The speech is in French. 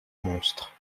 monstre